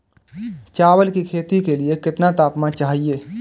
चावल की खेती के लिए कितना तापमान चाहिए?